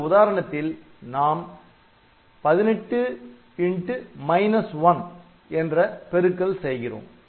இந்த உதாரணத்தில் நாம் 18 1 என்ற பெருக்கல் செய்கிறோம்